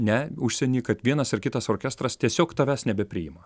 ne užsieny kad vienas ar kitas orkestras tiesiog tavęs nebepriima